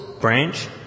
branch